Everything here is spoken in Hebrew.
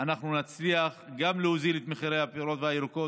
אנחנו נצליח גם להוריד את מחירי הפירות והירקות